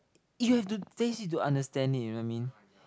you have to taste it to understand it you know I mean